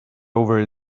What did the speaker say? over